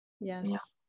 Yes